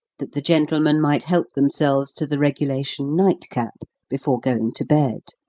that the gentlemen might help themselves to the regulation night-cap before going to bed.